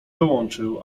dołączył